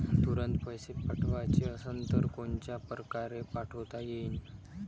तुरंत पैसे पाठवाचे असन तर कोनच्या परकारे पाठोता येईन?